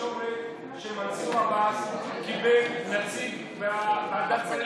תן לי לשאול שאלה: פורסם בתקשורת שמנסור עבאס קיבל נציג מוועדת סמך,